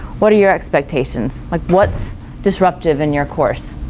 what are your expectations? like what's disruptive in your course?